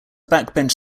backbench